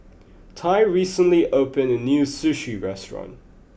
Tai recently opened a new Sushi restaurant